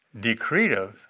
decretive